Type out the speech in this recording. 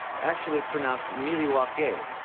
actually, it's pronounced meeleewahkay,